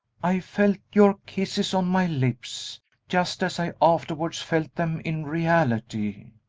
i felt your kisses on my lips just as i afterwards felt them in reality.